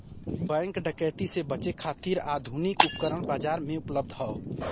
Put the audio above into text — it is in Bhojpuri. बैंक डकैती से बचे खातिर आधुनिक उपकरण बाजार में उपलब्ध हौ